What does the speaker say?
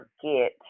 forget